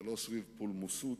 ולא סביב פולמוסות,